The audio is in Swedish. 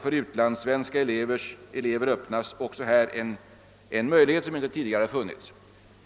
För utlandssvenska elever öppnas en möjlighet som inte tidigare funnits.